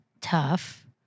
tough